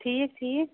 ٹھیٖک ٹھیٖک